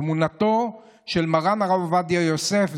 תמונתו של מרן הרב עובדיה יוסף,